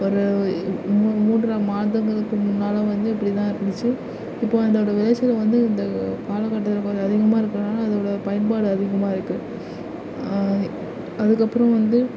ஒரு மூன்று மாதங்களுக்கு முன்னால் வந்து இப்படி தான் இருந்துச்சு இப்போ வந்து அது விளைச்சல் வந்து இந்த கால கட்டத்தில் கொஞ்சம் அதிகமாக இருக்கிறதுனால அதோடய பயன்பாடு அதிகமாக இருக்குது அதுக்கு அப்புறம் வந்து